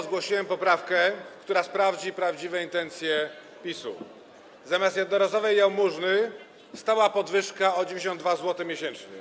Zgłosiłem poprawkę, która sprawdzi prawdziwe intencje PiS-u - zamiast jednorazowej jałmużny stała podwyżka o 92 zł miesięcznie.